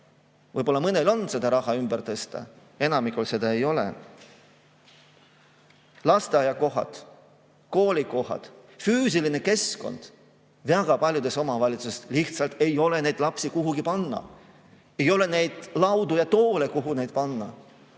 Võib-olla mõnel on seda raha ümber tõsta, enamikul ei ole. Lasteaiakohad, koolikohad, füüsiline keskkond – väga paljudes omavalitsustes lihtsalt ei ole neid lapsi kuhugi panna. Ei ole laudu ja toole nende jaoks.